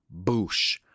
boosh